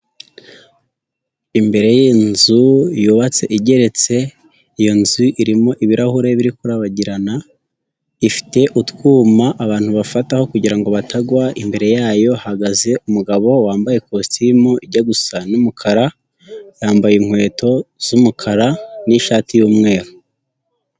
Imbere y'inzu yubatse igeretse, iyo nzu irimo ibirahure biri kurabagirana, ifite utwuma abantu bafataho kugira ngo batagwa, imbere yayo hahagaze umugabo wambaye ikositimu ijya gusa n'umukara, yambaye inkweto z'umukara n'ishati y'umweru.